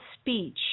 speech